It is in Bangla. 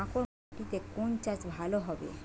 কাঁকর মাটিতে কোন চাষ ভালো হবে?